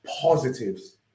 positives